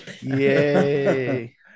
yay